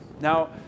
Now